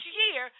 year